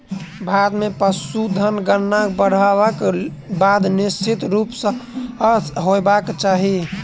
भारत मे पशुधन गणना बाइढ़क बाद निश्चित रूप सॅ होयबाक चाही